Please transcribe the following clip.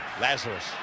lazarus